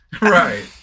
right